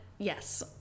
Yes